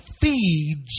feeds